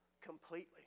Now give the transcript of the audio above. completely